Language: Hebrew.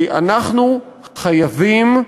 כי אנחנו חייבים,